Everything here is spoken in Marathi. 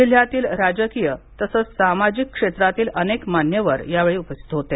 जिल्ह्यातील राजकीय तसंच सामाजिक क्षेत्रातील अनेक मान्यवर उपस्थित होते